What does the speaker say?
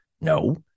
no